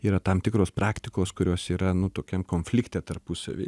yra tam tikros praktikos kurios yra nu tokiam konflikte tarpusavy